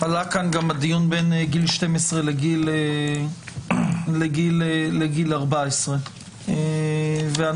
עלה כאן הדיון בין גיל 12 לגיל 14. הנושא